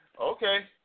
Okay